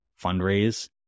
fundraise